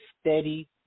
steady